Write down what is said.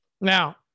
Now